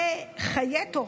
זה חיי תורה.